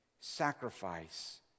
Sacrifice